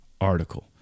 article